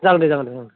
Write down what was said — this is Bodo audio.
जागोन दे जागोन दे